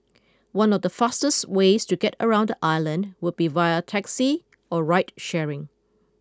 one of the fastest ways to get around the island would be via taxi or ride sharing